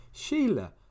sheila